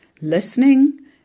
Listening